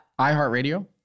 iHeartRadio